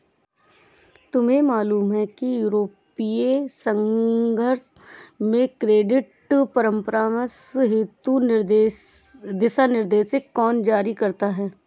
तुम्हें मालूम है कि यूरोपीय संघ में क्रेडिट परामर्श हेतु दिशानिर्देश कौन जारी करता है?